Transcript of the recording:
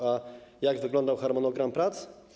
A jak wyglądał harmonogram prac?